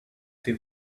they